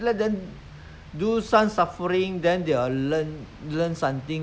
those those poor people how their how their life how they're living you see